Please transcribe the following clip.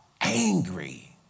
angry